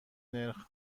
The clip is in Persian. نرخ